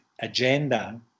agenda